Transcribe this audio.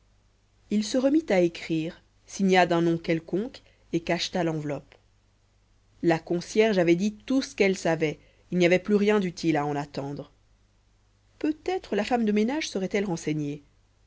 il se remit à écrire signa d'un nom quelconque et cacheta l'enveloppe la concierge avait dit tout ce qu'elle savait il n'y avait plus rien d'utile à en attendre peut-être la femme de ménage serait-elle renseignée